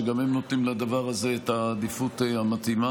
שגם הם נותנים לדבר הזה את העדיפות המתאימה.